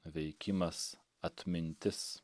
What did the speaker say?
veikimas atmintis